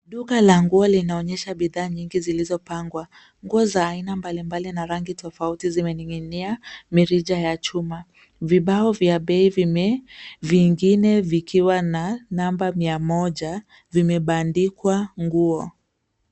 Duka la nguo linaonyesha bidhaa nyingi zilizopangwa. Nguo za aina mbalimbali rangi tofauti zinaning'inia mirija ya chuma. Vibao vya bei vingine vikiwa na namba mia moja vimebandikwa nguo.